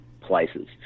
places